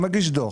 לא מגיש דוח?